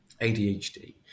ADHD